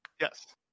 Yes